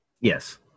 Yes